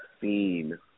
scene